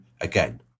again